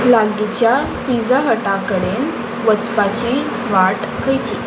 लागींच्या Pizza Hut कडेन वचपाची वाट खंयची